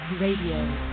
Radio